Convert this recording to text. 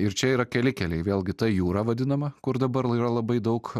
ir čia yra keli keliai vėlgi ta jūra vadinama kur dabar yra labai daug